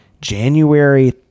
january